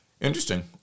interesting